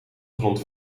grond